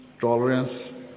tolerance